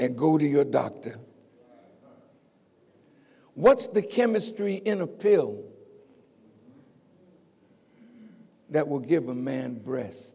and go to your doctor what's the chemistry in a pill that will give a man breas